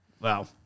Wow